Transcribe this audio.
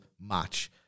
match